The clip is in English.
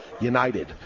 United